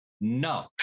no